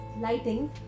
lighting